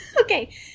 Okay